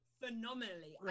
phenomenally